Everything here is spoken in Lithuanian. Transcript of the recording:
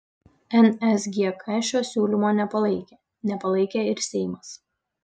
nsgk šio siūlymo nepalaikė nepalaikė ir seimas